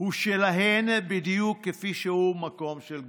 הוא שלהן בדיוק כפי שהוא מקום של גברים.